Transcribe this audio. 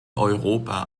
europa